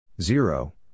Zero